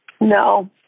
No